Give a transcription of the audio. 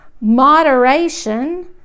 moderation